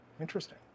Interesting